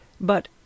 But